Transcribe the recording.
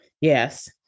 Yes